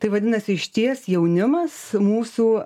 tai vadinasi išties jaunimas mūsų